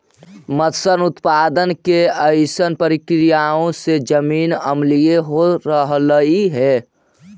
मत्स्य उत्पादन के अइसन प्रक्रियाओं से जमीन अम्लीय हो रहलई हे